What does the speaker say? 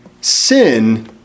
Sin